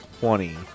twenty